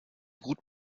gut